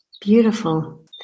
beautiful